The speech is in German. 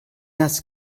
das